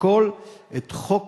לשקול את חוק